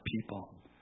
people